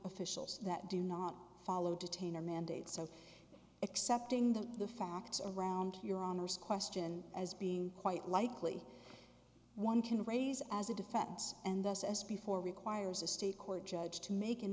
officials that do not follow detain or mandate so accepting that the facts around your honour's question as being quite likely one can raise as a defense and thus as before requires a state court judge to mak